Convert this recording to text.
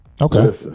Okay